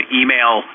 email